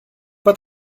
pas